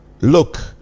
Look